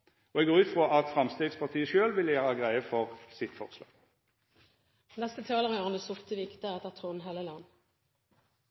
Eg går ut frå at Framstegspartiet sjølv vil gjera greie for sitt